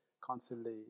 constantly